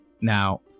Now